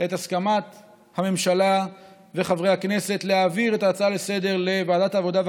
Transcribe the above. את הסכמת הממשלה וחברי הכנסת להעביר את ההצעה לסדר-היום לוועדת העבודה,